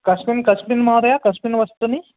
कस्मिन् कस्मिन् महोदय कस्मिन् वस्तूनि